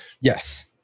Yes